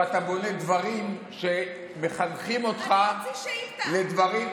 או אתה בונה דברים שמחנכים אותך לדברים,